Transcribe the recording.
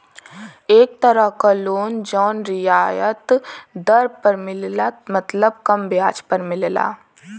एक तरह क लोन जौन रियायत दर पर मिलला मतलब कम ब्याज पर मिलला